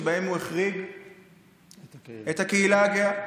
שבהם הוא החריג את הקהילה הגאה.